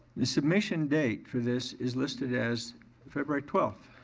the submission date for this is listed as february twelfth.